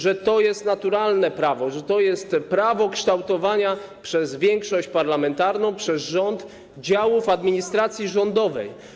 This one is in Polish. Mówił, że to jest naturalne prawo, że jest to prawo kształtowania przez większość parlamentarną, przez rząd, działów administracji rządowej.